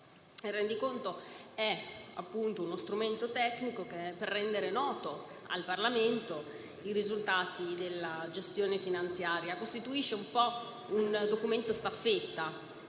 Il rendiconto è uno strumento tecnico per rendere noti al Parlamento i risultati della gestione finanziaria. Costituisce un documento staffetta,